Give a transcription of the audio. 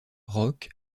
rock